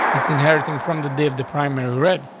it's inheriting from the day of the primary red.